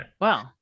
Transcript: wow